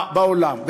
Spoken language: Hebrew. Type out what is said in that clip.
בעולם,